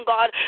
God